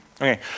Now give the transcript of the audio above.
Okay